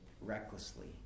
recklessly